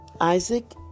Isaac